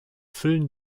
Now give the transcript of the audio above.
füllen